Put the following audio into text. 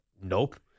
nope